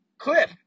clip